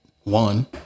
one